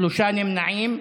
שלושה נמנעים.